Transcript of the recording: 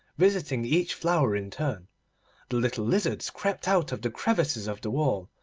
visiting each flower in turn the little lizards crept out of the crevices of the wall,